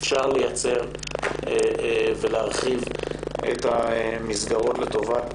אפשר לייצר ולהרחיב את המסגרות לטובת